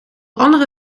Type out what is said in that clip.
andere